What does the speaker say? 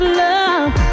love